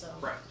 Right